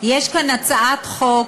יש כאן הצעת חוק